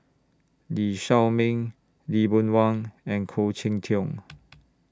Lee Shao Meng Lee Boon Wang and Khoo Cheng Tiong